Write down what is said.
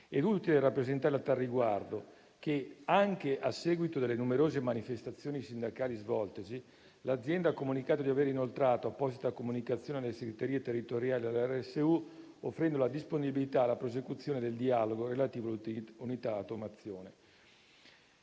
È utile rappresentare a tal riguardo che, anche a seguito delle numerose manifestazioni sindacali svoltesi, l'azienda ha comunicato di aver inoltrato apposita comunicazione alle segreterie territoriali e alla RSU (rappresentanza sindacale unitaria), offrendo la disponibilità alla prosecuzione del dialogo relativo all'unità automazione.